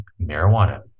marijuana